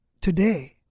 today